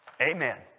Amen